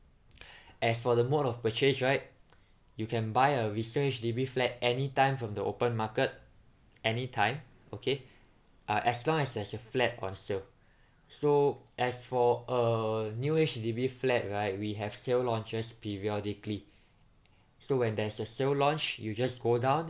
as for the mode of purchase right you can buy a resale H_D_B flat anytime from the open market anytime okay uh as long as there's a flat on sale so as for a new H_D_B flat right we have sale launches periodically so when there's a sale launch you just go down